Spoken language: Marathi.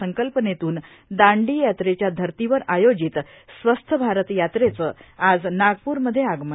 संकल्पनेतून दांडी याट्रेच्या धर्तीवर आयोजित स्वस्थ भारत याट्रेचं आज नागप्रमध्ये आगमन